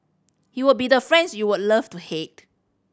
you would be the friends you would love to hate